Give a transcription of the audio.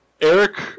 Eric